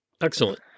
Excellent